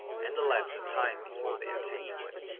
and the lapse of time before they attained to it.